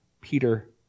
Peter